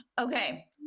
Okay